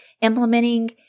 implementing